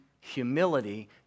humility